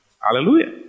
Hallelujah